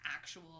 actual